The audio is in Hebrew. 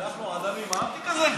אנחנו עדיין עם הארטיק הזה?